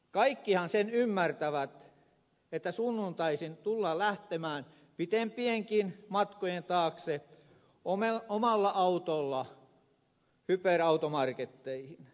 kaikkihan sen ymmärtävät että sunnuntaisin tullaan lähtemään pitempienkien matkojen taakse omalla autolla hyperautomarketteihin